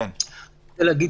למעשה,